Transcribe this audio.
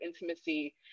intimacy